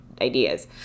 ideas